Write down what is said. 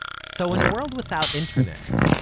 so in a world without internet,